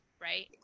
right